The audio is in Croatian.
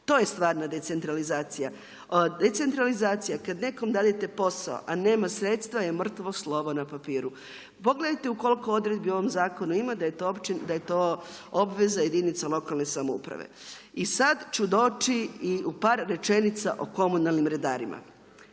To je stvarna decentralizacija. Decentralizacija kad nekom dadete posao a nema sredstva je mrtvo slovo na papiru. Pogledajte u koliko odredbi u ovom zakonu ima da je to obveza jedinica lokalne samouprave. I sad ću doći i par rečenica o komunalnim redarima.